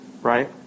Right